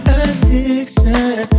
addiction